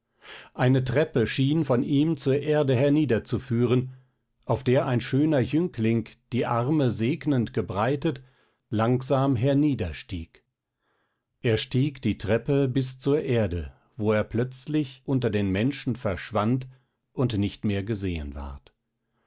eine treppe schien von ihm zur erde herniederzuführen auf der ein schöner jüngling die arme segnend gebreitet langsam herniederstieg es stieg die treppe bis zur erde wo er plötzlich unter den menschen verschwand und nicht mehr gesehen ward